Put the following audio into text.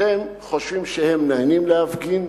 אתם חושבים שהם נהנים להפגין?